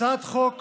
הצעת חוק